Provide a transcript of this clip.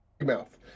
mouth